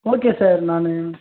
okay sir நான்